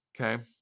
okay